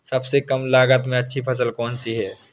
सबसे कम लागत में अच्छी फसल कौन सी है?